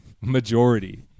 majority